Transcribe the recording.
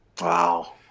Wow